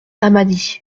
hammadi